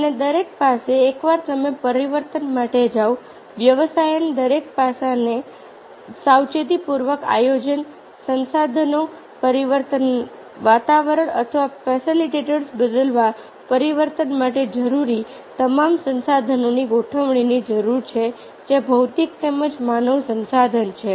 અને દરેક પાસે એકવાર તમે પરિવર્તન માટે જાઓ વ્યવસાયના દરેક પાસાને સાવચેતીપૂર્વક આયોજન સંસાધનો પરિવર્તન વાતાવરણ અથવા ફેસિલિટેટર્સ બદલવા પરિવર્તન માટે જરૂરી તમામ સંસાધનોની ગોઠવણીની જરૂર છે જે ભૌતિક તેમજ માનવ સંસાધન છે